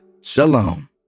shalom